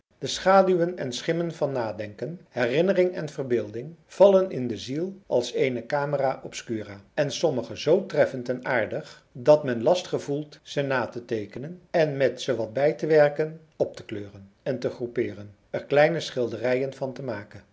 de schaduwen en schimmen van nadenken herinnering en verbeelding vallen in de ziel als in eene camera obscura en sommige zoo treffend en aardig dat men last gevoelt ze na te teekenen en met ze wat bij te werken op te kleuren en te groepeeren er kleine schilderijen van te maken